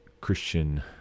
Christian